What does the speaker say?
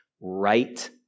right